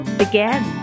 begin